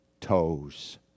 toes